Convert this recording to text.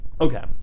Okay